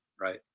Right